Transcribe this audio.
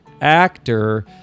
actor